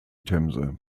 themse